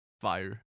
fire